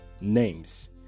names